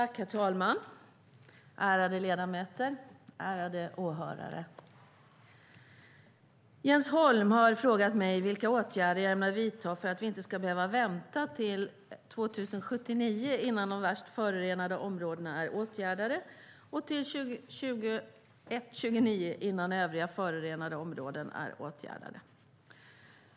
Herr talman! Ärade ledamöter och åhörare! Jens Holm har frågat mig vilka åtgärder jag ämnar vidta för att vi inte ska behöva vänta till 2079 innan de värst förorenade områdena är åtgärdade och till 2129 innan övriga förorenade områden är åtgärdade.